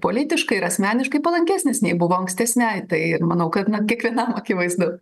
politiškai ir asmeniškai palankesnis nei buvo ankstesnei tai ir manau kad na kiekvienam akivaizdu